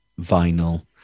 vinyl